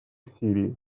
сирии